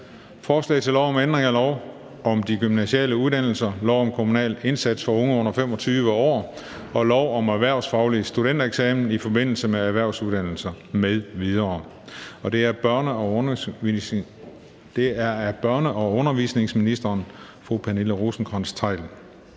Forslag til lov om ændring af lov om de gymnasiale uddannelser, lov om kommunal indsats for unge under 25 år og lov om erhvervsfaglig studentereksamen i forbindelse med erhvervsuddannelse (eux) m.v. (Ændring af adgangsforudsætningerne til de gymnasiale